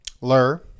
lur